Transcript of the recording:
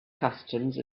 customs